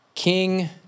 King